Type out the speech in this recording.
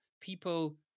people